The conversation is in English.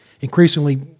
Increasingly